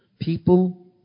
People